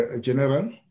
General